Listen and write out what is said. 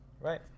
Right